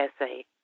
essay